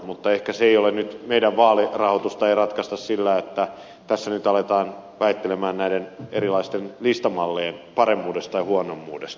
mutta ehkä meidän vaalirahoitustamme ei nyt ratkaista sillä että tässä aletaan väitellä erilaisten listamallien paremmuudesta tai huonommuudesta